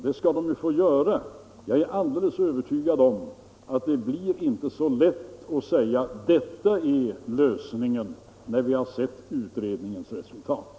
Det skall den få göra. Jag är alldeles övertygad om att det inte blir så lätt, när vi har sett utredningens resultat, att säga: Detta är lösningen.